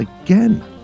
again